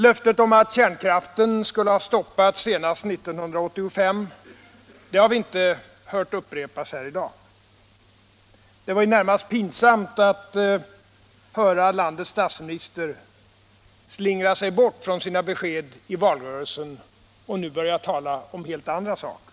Löftet om att kärnkraften skall stoppas senast 1985 har vi inte hört upprepas här i dag. Det var närmast pinsamt att höra landets statsminister slingra sig bort från sina besked i valrörelsen och nu börja tala om helt andra saker.